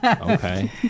Okay